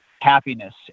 happiness